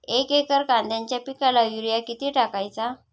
एक एकर कांद्याच्या पिकाला युरिया किती टाकायचा?